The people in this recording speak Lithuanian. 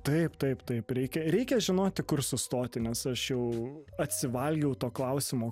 taip taip taip reikia reikia žinoti kur sustoti nes aš jau atsivalgiau to klausimo